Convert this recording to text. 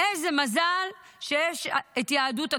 איזה מזל שיש את יהדות התפוצות,